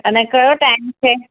અને કયો ટાઇમ છે